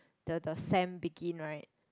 the the sem begin right